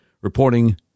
reporting